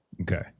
Okay